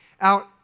out